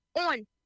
on